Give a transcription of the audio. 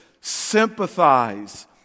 Sympathize